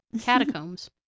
Catacombs